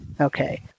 Okay